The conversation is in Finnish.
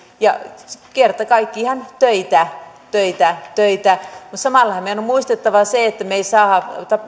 ja kerta kaikkiaan töitä töitä töitä samallahan meidän on muistettava se että me emme saa